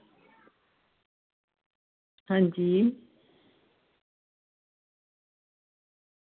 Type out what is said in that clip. अंजी